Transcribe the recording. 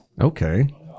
Okay